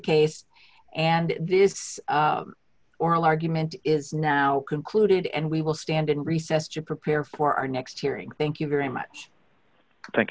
case and this oral argument is now concluded and we will stand in recess to prepare for our next hearing thank you very much